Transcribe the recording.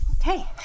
Okay